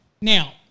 Now